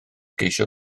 geisio